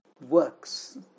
works